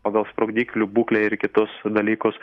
pagal sprogdiklių būklę ir kitus dalykus